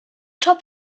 top